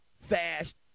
fast